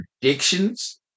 predictions